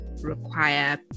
require